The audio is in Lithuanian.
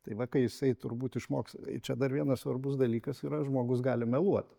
tai va kai jisai turbūt išmoks čia dar vienas svarbus dalykas yra žmogus gali meluot